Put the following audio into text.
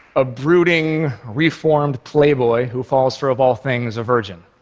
a brooding, reformed playboy who falls for, of all things, a virgin,